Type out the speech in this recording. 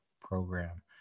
program